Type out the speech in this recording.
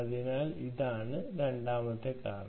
അതിനാൽ അതാണ് രണ്ടാമത്തെ കാരണം